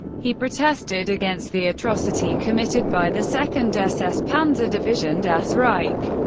he protested against the atrocity committed by the second ss panzer division das reich,